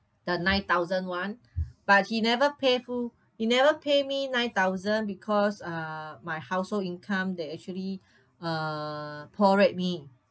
the nine thousand [one] but he never pay full he never pay me nine thousand because uh my household income they actually uh pro rate me